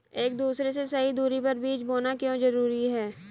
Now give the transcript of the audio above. एक दूसरे से सही दूरी पर बीज बोना क्यों जरूरी है?